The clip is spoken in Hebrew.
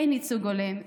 אין ייצוג הולם,